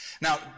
Now